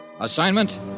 Assignment